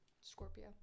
Scorpio